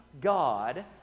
God